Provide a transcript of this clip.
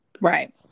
Right